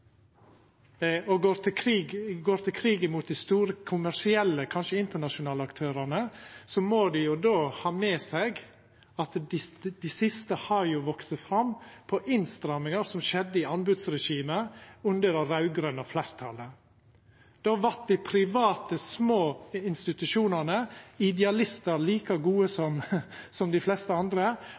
og går til krig mot dei store kommersielle, kanskje internasjonale, aktørane. Då må dei ha med seg at dei siste har vakse fram på innstramminga som skjedde i anbodsregimet under det raud-grøne fleirtalet. Då vart dei private, små institusjonane – like gode idealistar som dei fleste andre